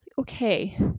okay